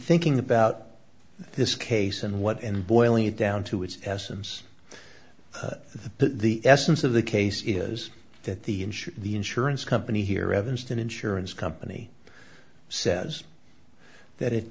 thinking about this case and what and boiling it down to its essence the essence of the case is that the insure the insurance company here evanston insurance company says that it